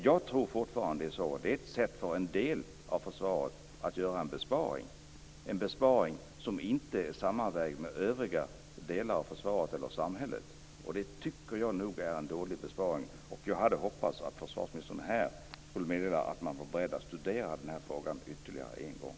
Jag tror fortfarande att det är ett sätt för en del av försvaret att göra en besparing, en besparing som inte är sammanvägd med övriga delar av försvaret eller samhället. Det tycker jag nog är en dålig besparing, och jag hade hoppats att försvarsministern här skulle meddela att man var beredd att studera denna fråga ytterligare en gång.